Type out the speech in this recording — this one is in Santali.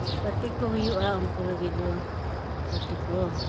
ᱯᱟᱹᱴᱤ ᱠᱚ ᱦᱩᱭᱩᱜᱼᱟ ᱩᱱᱠᱩ ᱞᱟᱹᱜᱤᱫ ᱫᱚ ᱯᱟᱹᱴᱤ ᱠᱚ